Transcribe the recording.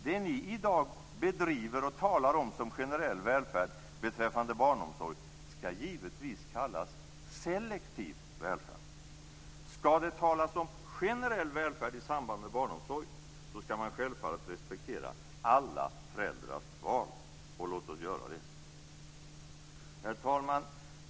Det ni i dag bedriver och talar om som generell välfärd beträffande barnomsorg skall givetvis kallas selektiv välfärd. Skall det talas om generell välfärd i samband med barnomsorg, skall man självfallet respektera alla föräldrars val. Låt oss göra det! Herr talman!